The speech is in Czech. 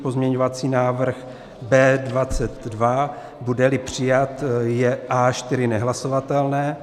Pozměňovací návrh B22 budeli přijat, je A4 nehlasovatelné.